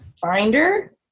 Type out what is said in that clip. Finder